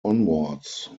onwards